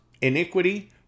iniquity